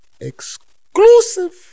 Exclusive